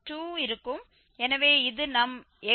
எனவே இது நம் x1x2